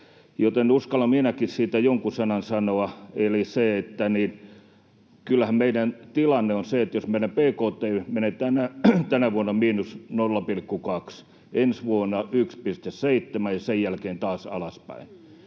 joten uskallan minäkin siitä jonkun sanan sanoa. Eli kyllähän meidän tilanteemme on se, että jos meidän bkt menee tänä vuonna miinus 0,2, ensi vuonna 1,7 ja sen jälkeen taas alaspäin,